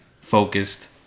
Focused